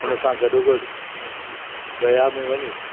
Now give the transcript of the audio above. हुन सां गॾोगॾु गया में वञी